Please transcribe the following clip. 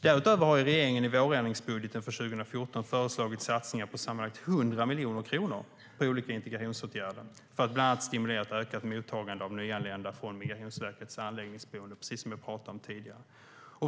Därutöver har regeringen i vårändringsbudgeten för 2014 föreslagit satsningar på sammanlagt 100 miljoner kronor för olika integrationsåtgärder, bland annat för att stimulera ett ökat mottagande av nyanlända på Migrationsverkets anläggningsboenden, som jag talade om tidigare.